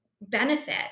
benefit